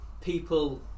people